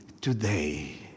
today